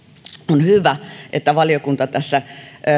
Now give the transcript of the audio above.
on hyvä että valiokunta tässä